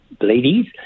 ladies